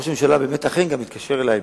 ראש הממשלה באמת, אכן, גם התקשר אלי,